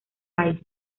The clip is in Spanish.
país